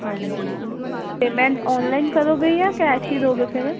ਹਾਂਜੀ payment online ਕਰੋਗੇ ਜਾਂ ਕੈਸ਼ ਹੀ ਦੋਗੇ ਫਿਰ